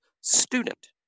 student